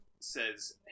says